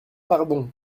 pardon